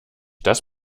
das